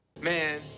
Man